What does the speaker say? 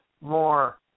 more